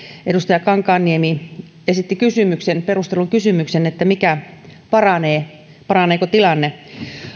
edustaja kankaanniemi esitti kysymyksen perustellun kysymyksen että mikä paranee paraneeko tilanne